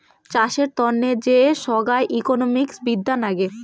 চাষের তন্ন যে সোগায় ইকোনোমিক্স বিদ্যা নাগে